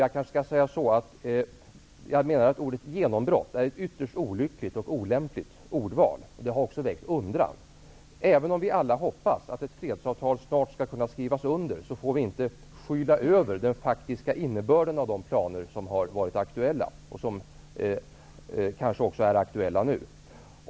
Jag menar att ordet genombrott är ett ytterst olyckligt och olämpligt ordval. Det har också väckt undran. Även om vi alla hoppas att ett fredsavtal snart skall kunna skrivas under, får vi inte skyla över den faktiska innebörden av de planer som har varit aktuella och som kanske också är aktuella nu.